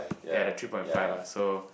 ya the three point five ah so